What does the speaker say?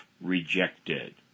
rejected